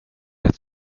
att